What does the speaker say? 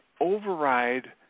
override